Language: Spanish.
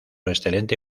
excelente